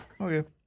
Okay